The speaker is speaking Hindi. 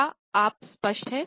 क्या आप स्पष्ट हैं